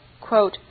quote